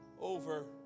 over